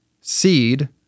seed